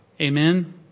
Amen